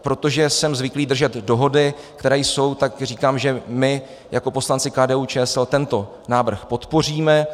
Protože jsem zvyklý držet dohody, které jsou, tak říkám, že my jako poslanci KDUČSL tento návrh podpoříme.